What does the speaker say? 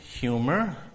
humor